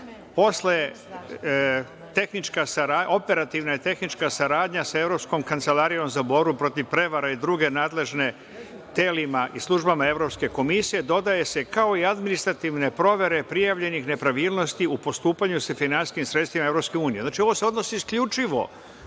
posle operativna tehnička saradnja sa Evropskom kancelarijom za borbu protiv prevara i druga nadležna tela i službama Evropske komisije, dodaje se kao i administrativne provere prijavljenih nepravilnosti u postupanju sa finansijskim sredstvima EU. Ovo se odnosi isključivo